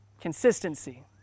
Consistency